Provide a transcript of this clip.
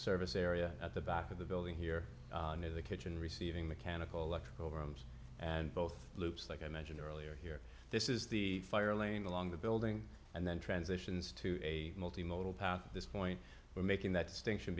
service area at the back of the building here near the kitchen receiving mechanical electrical rams and both loops like i mentioned earlier here this is the fire lane along the building and then transitions to a multi modal path at this point we're making that stin